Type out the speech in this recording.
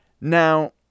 Now